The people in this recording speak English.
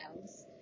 else